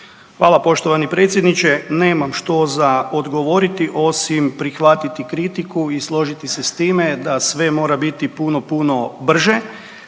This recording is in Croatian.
Hvala poštovani predsjedniče. Nemam što za odgovoriti osim prihvatiti kritiku i složiti se s time da sve mora biti puno, puno brže.